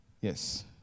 Yes